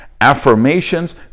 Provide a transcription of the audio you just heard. affirmations